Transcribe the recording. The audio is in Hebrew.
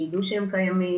שידעו שהם קיימים,